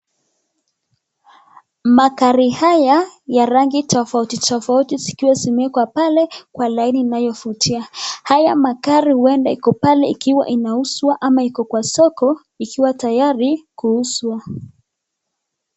magari haya ya rangi tofauti tofauti zikiwa zimewekwa pale Kwa laini inayo vutia haya magari huenda iko pale ikiwa inauzwa ama iko kwa soko ikiwa tayari kuuzwa.